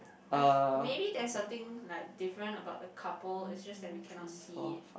I've may be there's something like different about the couple it's just that we cannot see it